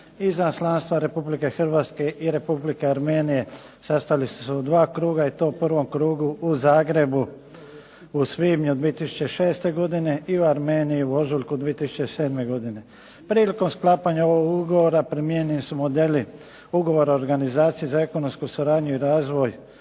Izaslanstva Republike Hrvatske i Republike Armenije sastali su se u dva kruga i to u prvom krugu u Zagrebu u svibnju 2006. godine, i u Armeniji u ožujku 2007. godine. Prilikom sklapanja ovog ugovora primijenili …/Govornik se ne razumije./… modeli ugovor o organizaciji za ekonomsku suradnju i razvoj